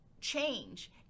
change